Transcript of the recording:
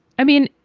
i mean,